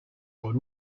con